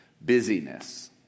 Busyness